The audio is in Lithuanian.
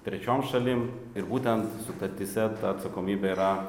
trečiom šalim ir būtent sutartyse ta atsakomybė yra